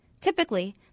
typically